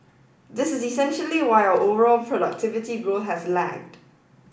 this is essentially why our overall productivity grow has lagged